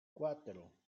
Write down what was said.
cuatro